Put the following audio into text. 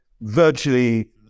virtually